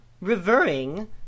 revering